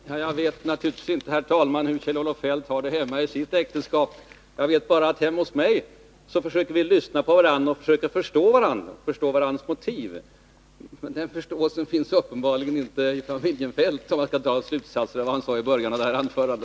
Herr talman! Jag vet naturligtvis inte hur Kjell-Olof Feldt har det hemma i sitt äktenskap. Jag vet bara att hemma hos mig försöker vi lyssna på varandra och förstå varandras motiv. Någon sådan förståelse finns uppenbarligen inte i familjen Feldt, om jag får dra en slutsats av vad Kjell-Olof Feldt sade i början av sitt senaste anförande.